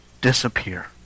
disappear